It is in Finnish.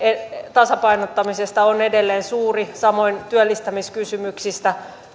tasapainottamisesta on edelleen suuri samoin työllistämiskysymyksistä